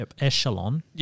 echelon